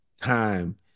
time